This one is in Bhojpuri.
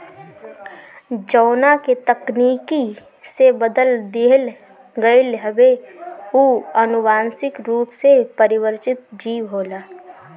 जवना के तकनीकी से बदल दिहल गईल हवे उ अनुवांशिक रूप से परिवर्तित जीव होला